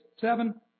seven